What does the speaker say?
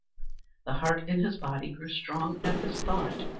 the heart in his body grew strong at this thought.